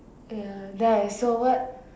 ya then I saw what